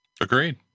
Agreed